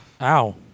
Ow